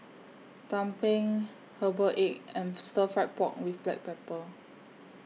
Tumpeng Herbal Egg and Stir Fry Pork with Black Pepper